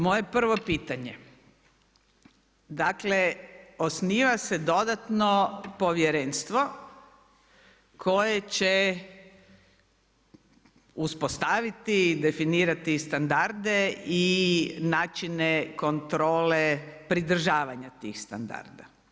Moje prvo pitanje, dakle osniva se dodatno povjerenstvo koje će uspostaviti i definirati standarde i načine kontrole pridržavanja tih standarda.